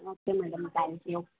okay madam thank you